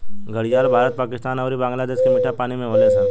घड़ियाल भारत, पाकिस्तान अउरी बांग्लादेश के मीठा पानी में होले सन